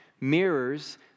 mirrors